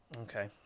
Okay